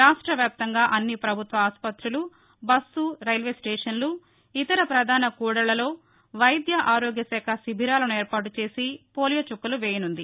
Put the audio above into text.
రాష్ట్ర వ్యాప్తంగా అన్ని ప్రభుత్వ ఆసుపుతులు బస్సు రైల్వే స్టేషన్లు ఇతర ప్రధాన కూడళ్లల్లో వైద్య ఆరోగ్య శాఖ శివిరాలను ఏర్పాటు చేసి పోలియో చుక్కలు వేయనున్నది